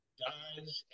dies